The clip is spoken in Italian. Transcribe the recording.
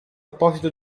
apposito